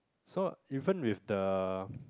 so even with the